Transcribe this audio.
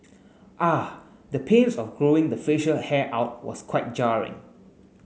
ah the pains of growing the facial hair out was quite jarring